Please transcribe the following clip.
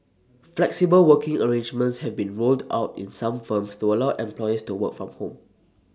flexible working arrangements have been rolled out in some firms to allow employees to work from home